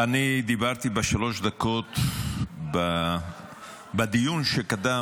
אני דיברתי בשלוש דקות בדיון שקדם,